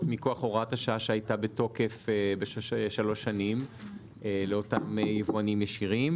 מכוח הוראת השעה שהייתה בתוקף במשך שלוש שנים לאותם יבואנים ישירים?